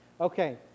Okay